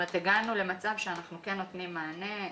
זאת אומרת, הגענו למצב שאנחנו כן נותנים מענה.